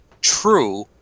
true